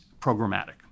programmatic